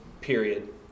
period